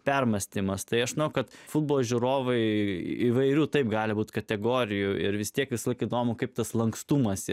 permąstymas tai aš noriu kad futbolo žiūrovai įvairių taip gali būti kategorijų ir vis tiek visąlaik įdomu kaip tas lankstumas